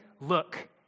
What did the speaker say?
look